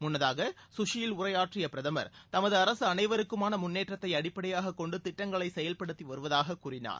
முன்னதாக சுஷியில் உரையாற்றிய பிரதமர் தமது அரசு அனைவருக்குமான முன்னேற்றத்தை அடிப்படையாக கொண்டு திட்டங்களை செயல்படுத்தி வருவதாகக் கூறினார்